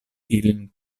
ilin